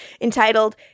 entitled